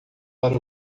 para